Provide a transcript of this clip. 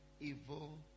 evil